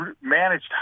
managed